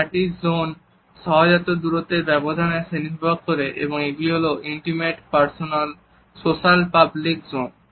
এই চারটি জোন সহজাত দূরত্বের ব্যবধানের শ্রেণীবিভাগ করে এবং এগুলি হল intimate personal social public zone